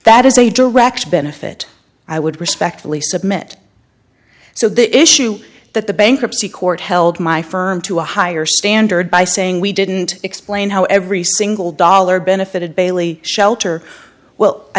that is a direct benefit i would respectfully submit so the issue that the bankruptcy court held my firm to a higher standard by saying we didn't explain how every single dollar benefited bailey shelter well i